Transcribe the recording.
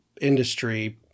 industry